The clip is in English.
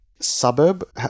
suburb